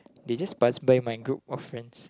they just pass by my group of friends